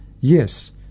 Yes